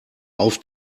auf